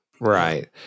Right